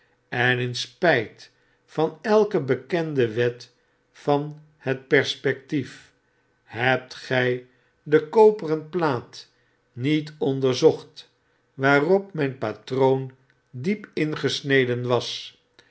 en in sptjt van elke bekende wet van het perspectief hebt gij de koperen j laat niet onderzocht waarop mgn patroon diep ingesneden was